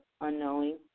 unknowing